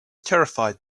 terrified